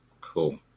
Cool